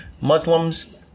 Muslims